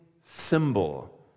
symbol